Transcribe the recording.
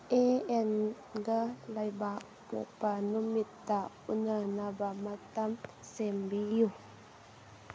ꯑꯦ ꯑꯦꯟꯒ ꯂꯩꯕꯥꯛꯄꯣꯛꯄ ꯅꯨꯃꯤꯠꯇ ꯎꯟꯅꯅꯕ ꯃꯇꯝ ꯁꯦꯝꯕꯤꯌꯨ